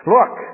Look